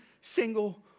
single